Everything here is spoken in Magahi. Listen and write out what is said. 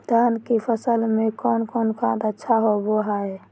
धान की फ़सल में कौन कौन खाद अच्छा होबो हाय?